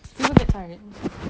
is reasonable